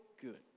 good